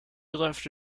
left